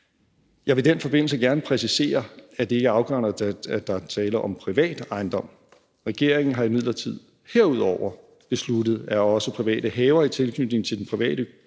Jeg vil i den forbindelse gerne præcisere, at det ikke er afgørende, at der er tale om en privat ejendom. Regeringen har imidlertid herudover besluttet, at også private haver i tilknytning til den private bolig